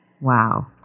Wow